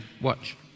Watch